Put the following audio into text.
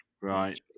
right